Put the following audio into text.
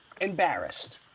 embarrassed